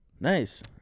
Nice